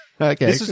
Okay